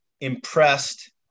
impressed